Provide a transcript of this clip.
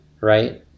right